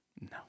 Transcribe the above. No